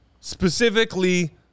specifically